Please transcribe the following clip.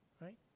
Right